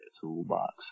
toolbox